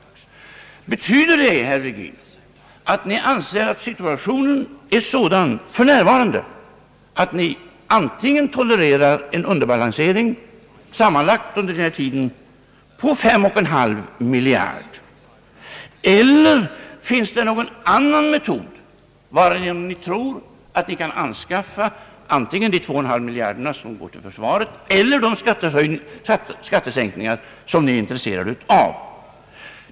Betyder det, herr Virgin, att ni anser att situationen är sådan för närvarande att ni tolererar en öÖökning av underbalanseringen under denna tid på sammanlagt över fem miljarder? Eller finns det någon annan metod, varigenom ni tror att ni kan anskaffa de två och en halv miljarderna som går till försvaret och samtidigt möjliggöra de skattesänkningar som ni är intresserade av?